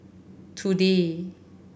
today